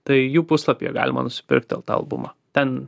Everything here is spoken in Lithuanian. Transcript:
tai jų puslapyje galima nusipirkt ten tą albumą ten